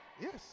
Yes